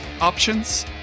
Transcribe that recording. Options